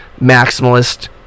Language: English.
maximalist